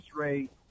rate